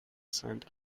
sent